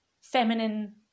feminine